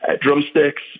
drumsticks